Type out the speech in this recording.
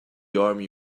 army